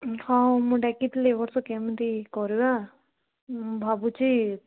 ହଁ ମୁଁ ଡାକିଥିଲି ଏବର୍ଷ କେମିତି କରିବା ମୁଁ ଭାବୁଛି